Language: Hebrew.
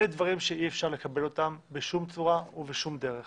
אלה דברים שאי אפשר לקבל אותם בשום צורה ובשום דרך.